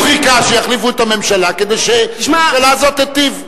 הוא חיכה שיחליפו את הממשלה כדי שהממשלה הזו תיטיב.